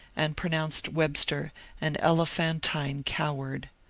and pronounced webster an elephantine cow ard.